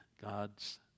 God's